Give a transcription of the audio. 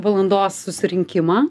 valandos susirinkimą